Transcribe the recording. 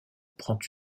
prend